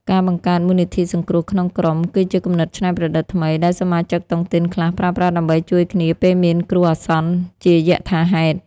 ការបង្កើត "មូលនិធិសង្គ្រោះក្នុងក្រុម" គឺជាគំនិតច្នៃប្រឌិតថ្មី ដែលសមាជិកតុងទីនខ្លះប្រើប្រាស់ដើម្បីជួយគ្នាពេលមានគ្រោះអាសន្នយថាហេតុ។